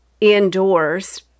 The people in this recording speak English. indoors